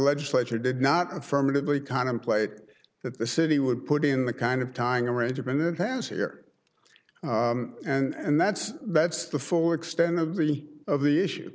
legislature did not affirmatively contemplate that the city would put in the kind of timing arrangement it has here and that's that's the full extent of the of the issue